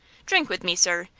drink with me, sir,